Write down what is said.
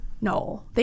No